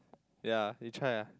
ya you try lah